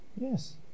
yes